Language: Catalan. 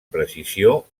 precisió